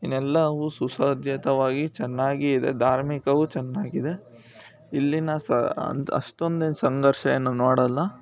ಇನ್ನೆಲ್ಲವೂ ಸುಸಾಧ್ಯತವಾಗಿ ಚೆನ್ನಾಗಿ ಇದೆ ಧಾರ್ಮಿಕವೂ ಚೆನ್ನಾಗಿದೆ ಇಲ್ಲಿನ ಸಹ ಅಂತ ಅಷ್ಟೊಂದಿನ ಸಂಘರ್ಷವನ್ನು ನೋಡೋಲ್ಲ